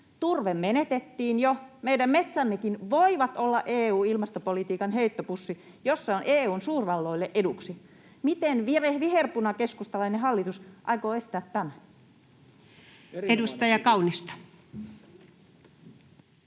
Turve menetettiin jo. Meidän metsämmekin voivat olla EU-ilmastopolitiikan heittopussi, jos se on EU:n suurvalloille eduksi. Miten viherpunakeskustalainen hallitus aikoo estää tämän? [Speech 111]